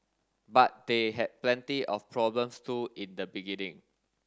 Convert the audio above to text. but they had plenty of problems too in the beginning